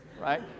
right